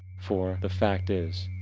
for the fact is,